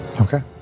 okay